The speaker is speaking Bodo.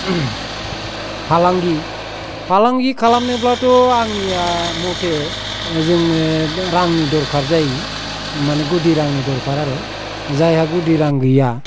फालांगि फालांगि खालामनोब्लाथ' आंनिया मथे जोंनो रांनि दरकार जायो माने गुदि रांनि दरकार आरो जायहा गुदि रां गैया